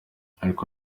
ariko